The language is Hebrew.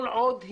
כל עוד היא,